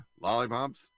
lollipops